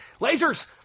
lasers